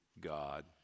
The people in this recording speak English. God